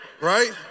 Right